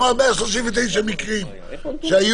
הוא אמר 139 מקרים שטופלו.